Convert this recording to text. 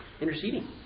interceding